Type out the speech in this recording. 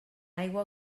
aigua